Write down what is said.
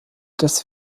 das